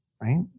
Right